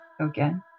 again